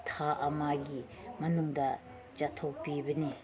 ꯊꯥ ꯑꯃꯒꯤ ꯃꯅꯨꯡꯗ ꯆꯥꯊꯣꯛꯄꯤꯕꯅꯤ